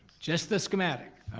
just the schematic,